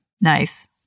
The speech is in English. Nice